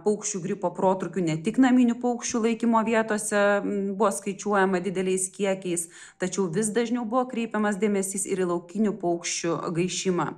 paukščių gripo protrūkių ne tik naminių paukščių laikymo vietose buvo skaičiuojama dideliais kiekiais tačiau vis dažniau buvo kreipiamas dėmesys ir į laukinių paukščių gaišimą